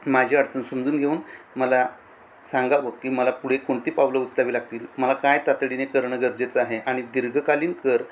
माझी अडचण समजून घेऊन मला सांगावं की मला पुढे कोणती पावलं उचलावी लागतील मला काय तातडीने करणं गरजेचं आहे आणि दीर्घकालीन कर